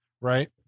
right